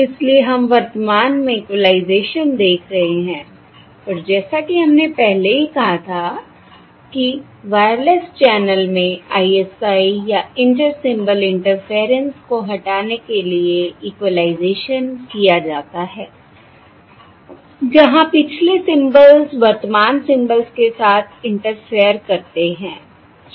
इसलिए हम वर्तमान में इक्वलाइजेशन देख रहे हैं और जैसा कि हमने पहले ही कहा था कि वायरलेस चैनल में ISI या इंटर सिंबल इंटरफेयरेंस को हटाने के लिए इक्वलाइजेशन किया जाता है जहां पिछले सिंबल्स वर्तमान सिंबल्स के साथ इंटरफेयर करते हैं ठीक है